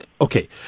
Okay